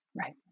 Right